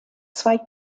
zwei